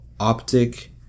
optic